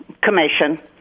commission